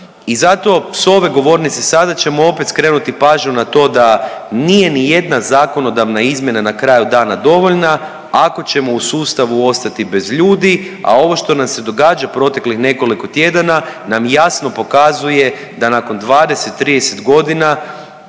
I zato s ove govornice sada ćemo opet skrenuti pažnju na to da nije ni jedna zakonodavna izmjena na kraju dana dovoljna ako ćemo u sustavu ostati bez ljudi, a ovo što nam se događa proteklih nekoliko tjedana nam jasno pokazuje da nakon 20, 30 godina